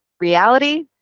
reality